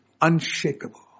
unshakable